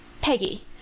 Peggy